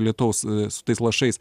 lietaus su tais lašais